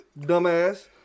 Dumbass